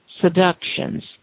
seductions